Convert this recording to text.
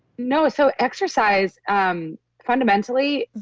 no, so exercise um fundamentally,